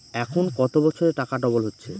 এখন কত বছরে টাকা ডবল হচ্ছে?